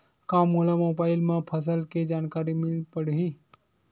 का मोला मोबाइल म फसल के जानकारी मिल पढ़ही?